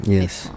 Yes